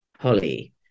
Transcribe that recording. Holly